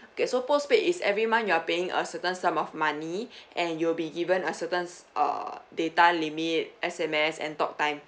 okay so postpaid is every month you're paying a certain sum of money and you'll be given a certain uh data limit S_M_S and talk time